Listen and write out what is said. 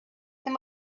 them